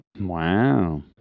wow